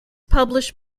published